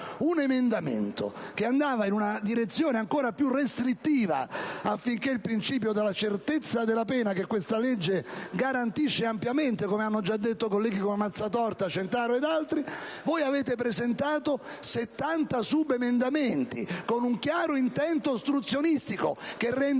un emendamento che andava in una direzione ancora più restrittiva nel rispetto del principio della certezza della pena che questa legge garantisce ampiamente, come hanno già detto i colleghi Mazzatorta, Centaro ed altri, e voi avete presentato 70 subemendamenti, con un chiaro intento ostruzionistico, che rende